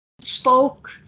spoke